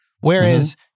whereas